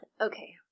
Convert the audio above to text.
Okay